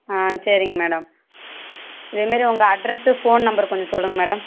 ஆ சேரிங்க மேடம் இதேமாரி உங்கள் அட்ரஸ்ஸு ஃபோன் நம்பர் கொஞ்சம் சொல்லுங்க மேடம்